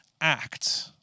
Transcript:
act